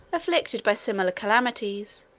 afflicted by similar calamities,